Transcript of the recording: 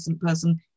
person